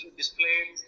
displayed